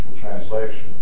translation